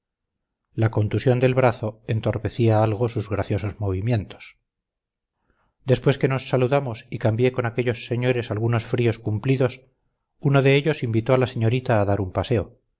la contusión del brazo entorpecía algo sus graciosos movimientos después que nos saludamos y cambié con aquellos señores algunos fríos cumplidos uno de ellos invitó a la señorita a dar un paseo